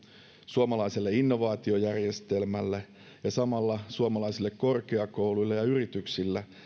suomalaiselle innovaatiojärjestelmälle ja samalla suomalaisille korkeakouluille ja yrityksille